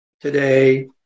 today